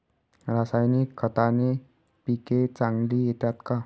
रासायनिक खताने पिके चांगली येतात का?